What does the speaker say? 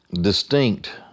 distinct